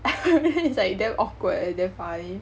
then it's like damn awkward and damn funny